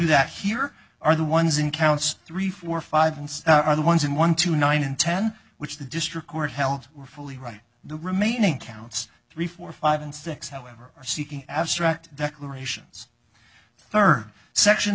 that here are the ones in counts three four five are the ones in one two nine and ten which the district court held fully right the remaining counts three four five and six however are seeking abstract declarations third section